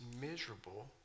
miserable